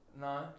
No